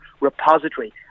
repository